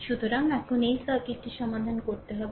সুতরাং এখন এই সার্কিটটি সমাধান করতে হবে